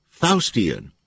Faustian